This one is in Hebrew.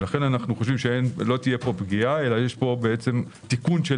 לכן אנו חושבים שלא תהיה פה פגיעה אלא תיקון העיוות